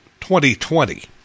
2020